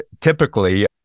Typically